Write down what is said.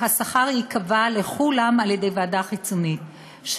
שהשכר ייקבע לכולם על-ידי ועדה חיצונית,